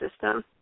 system